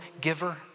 giver